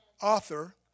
author